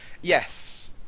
Yes